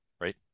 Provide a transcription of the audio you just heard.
right